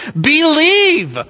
Believe